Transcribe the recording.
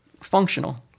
functional